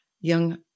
young